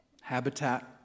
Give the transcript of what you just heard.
Habitat